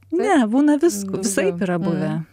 ne būna visko visaip